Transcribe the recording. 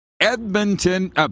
Edmonton